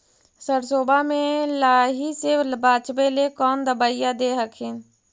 सरसोबा मे लाहि से बाचबे ले कौन दबइया दे हखिन?